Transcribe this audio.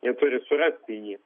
jie turi surasti jį